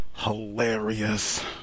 hilarious